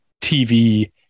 TV